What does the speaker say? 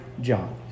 John